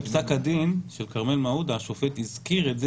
בפסק הדין של כרמל מעודה השופט הזכיר את זה